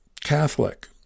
Catholic